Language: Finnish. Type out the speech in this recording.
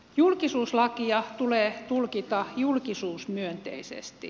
julkisuuslakia tulee tulkita julkisuusmyönteisesti